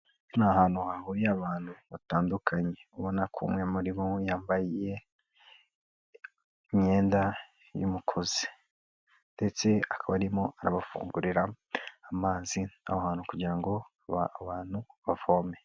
Ni ahantu hahuriye abantu batandukanye, ubona ko umwe muri bo yambaye imyenda y'umukozi ndetse akaba arimo arabafungurira amazi aho hantu kugira ngo abantu bavome.